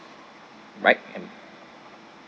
right and